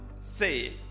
say